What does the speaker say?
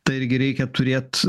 tą irgi reikia turėt